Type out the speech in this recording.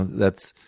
that's